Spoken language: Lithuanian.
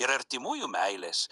ir artimųjų meilės